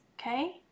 Okay